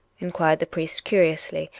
inquired the priest curiously,